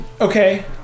okay